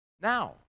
Now